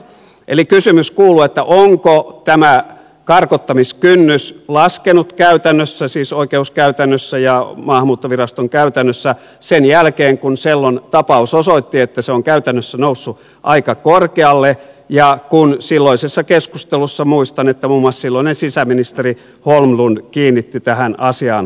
eli kysymys kuuluu onko tämä karkottamiskynnys laskenut käytännössä siis oikeuskäytännössä ja maahanmuuttoviraston käytännössä sen jälkeen kun sellon tapaus osoitti että se on käytännössä noussut aika korkealle ja kun silloisessa keskustelussa muistan että muun muassa silloinen sisäministeri holmlund kiinnitti tähän asiaan huomiota